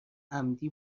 عمدی